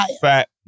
fat